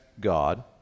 God